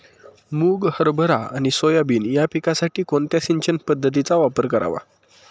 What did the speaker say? मुग, हरभरा आणि सोयाबीन या पिकासाठी कोणत्या सिंचन पद्धतीचा वापर करावा?